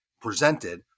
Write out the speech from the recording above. presented